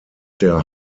der